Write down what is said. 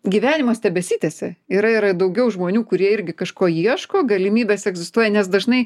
gyvenimas tebesitęsia yra yra ir daugiau žmonių kurie irgi kažko ieško galimybės egzistuoja nes dažnai